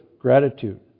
gratitude